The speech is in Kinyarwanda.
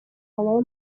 nawe